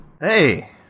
Hey